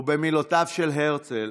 ובמילותיו של הרצל: